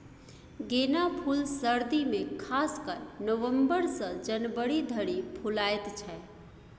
गेना फुल सर्दी मे खास कए नबंबर सँ जनवरी धरि फुलाएत छै